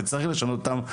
וצריך לשנות אותם,